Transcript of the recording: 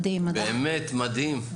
באמת, מדהים.